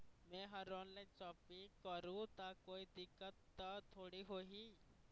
मैं हर online shopping करू ता कोई दिक्कत त थोड़ी होही?